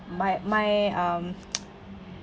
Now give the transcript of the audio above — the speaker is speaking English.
my my um